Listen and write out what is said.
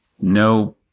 no